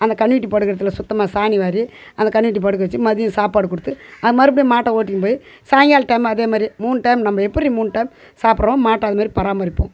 அந்த கன்றுக்குட்டி படுக்கிற இடத்துல சுத்தமாக சாணி வாரி அந்த கன்றுக்குட்டி படுக்க வச்சு மதியம் சாப்பாடு கொடுத்து அது மறுபடியும் மாட்டை ஓட்டிகின்னு போய் சாயங்காலம் டைம் அதேமாதிரி மூணு டைம் நம்ம எப்படி மூணு டைம் சாப்பிட்றோம் மாட்டை அதுமாதிரி பராமரிப்போம்